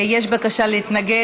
יש בקשה להתנגד.